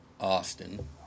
Austin